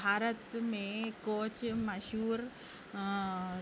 بھارت میں کوچ مشہور